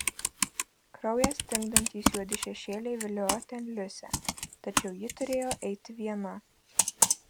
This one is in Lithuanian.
kraują stingdantys juodi šešėliai viliojo ten liusę tačiau ji turėjo eiti viena